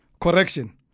correction